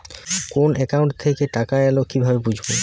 কোন একাউন্ট থেকে টাকা এল কিভাবে বুঝব?